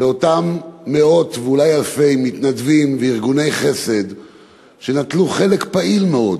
על אותם מאות ואולי אלפי מתנדבים וארגוני חסד שנטלו חלק פעיל מאוד,